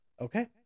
Okay